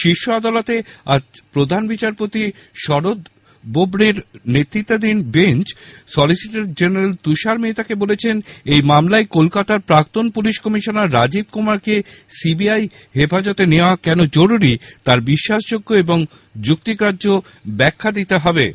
শীর্ষ আদালতে আজ প্রধান বিচারপতি শরদ বোবড়ের নেতৃত্বাধীন বেঞ্চ সলিসিটার জেনারেল তুষার মেহতাকে বলেছেন এই মামলায় কলকাতার প্রাক্তন পুলিস কমিশনার রাজীব কুমারকে সিবিআই হেফাজতে নেওয়া কেন জরুরি তার বিশ্বাসযোগ্য এবং যুক্তিগ্রাহ্য ব্যাখ্যা দিতে হবে